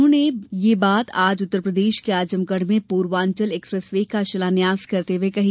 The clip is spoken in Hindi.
उन्होंने ये बात आज उत्तरप्रदेश के आजमगढ़ में पूर्वांचल एक्सप्रेस वे का शिलान्यास करते हुए कही